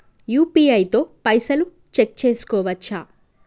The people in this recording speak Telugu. యూ.పీ.ఐ తో పైసల్ చెక్ చేసుకోవచ్చా?